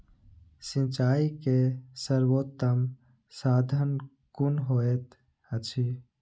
सिंचाई के सर्वोत्तम साधन कुन होएत अछि?